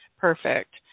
perfect